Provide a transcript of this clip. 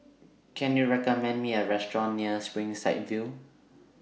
Can YOU recommend Me A Restaurant near Springside View